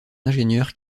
ingénieurs